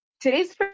Today's